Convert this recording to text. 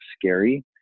scary